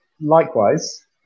likewise